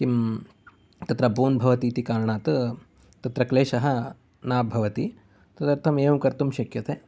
किम् तत्र बोर्न् भवति इति कारणात् तत्र क्लेशः न भवति तदर्थं एवं कर्तुं शक्यते